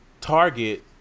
target